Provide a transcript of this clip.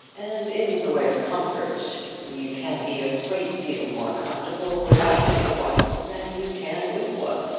and in the way of comfort, you can be a great deal more comfortable without a wife than you can with one.